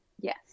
Yes